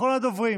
אחרון הדוברים